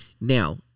Now